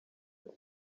ati